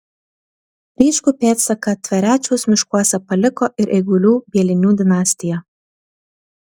ryškų pėdsaką tverečiaus miškuose paliko ir eigulių bielinių dinastija